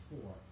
four